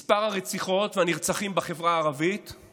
מספר הרציחות והנרצחים בחברה הערבית יותר